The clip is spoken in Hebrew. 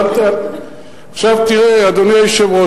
עכשיו תראה, אדוני היושב-ראש.